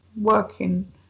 working